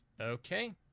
Okay